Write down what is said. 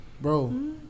bro